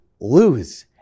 lose